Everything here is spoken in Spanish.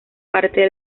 parte